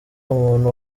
umuntu